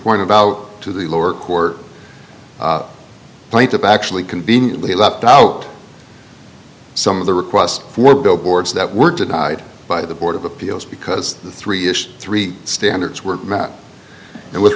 pointed out to the lower court plaintiff actually conveniently left out some of the requests for billboards that were denied by the board of appeals because the three ish three standards were met and with